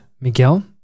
Miguel